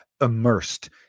immersed